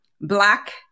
Black